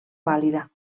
vàlida